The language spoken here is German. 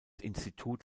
institut